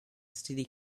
std